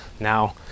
Now